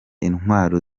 intwaro